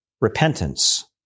repentance